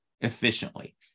efficiently